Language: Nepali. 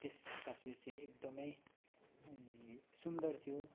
त्यस तस्विर चाहिँ एकदमै सुन्दर थियो